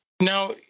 Now